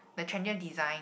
the trendier design